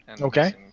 Okay